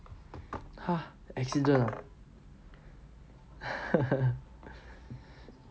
!huh! accident ah